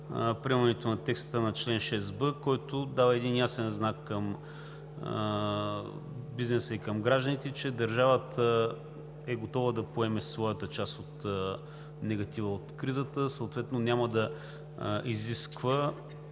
приемането на текста на чл. 6б, който дава един ясен знак към бизнеса и към гражданите, че държавата е готова да поеме своята част от негатива от кризата, съответно няма да изисква,